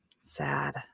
Sad